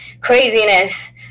craziness